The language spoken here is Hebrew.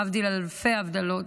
להבדיל אלפי הבדלות,